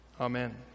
Amen